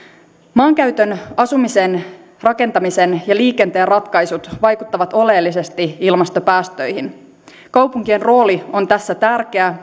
maankäytön asumisen rakentamisen ja liikenteen ratkaisut vaikuttavat oleellisesti ilmastopäästöihin kaupunkien rooli on tässä